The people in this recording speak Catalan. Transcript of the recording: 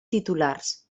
titulars